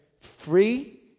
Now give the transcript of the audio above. free